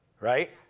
right